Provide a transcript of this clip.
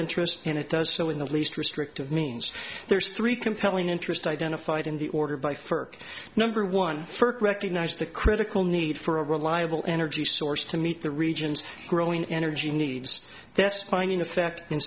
interest and it does so in the least restrictive means there's three compelling interest identified in the order by for number one recognise the critical need for a reliable energy source to meet the region's growing energy needs that's finding the fact in